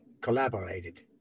collaborated